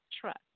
trust